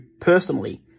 personally